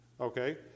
okay